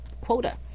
quota